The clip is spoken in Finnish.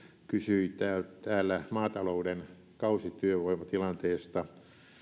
kysyi täällä maatalouden kausityövoimatilanteesta